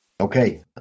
Okay